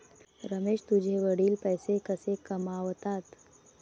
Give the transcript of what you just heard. रमेश तुझे वडील पैसे कसे कमावतात?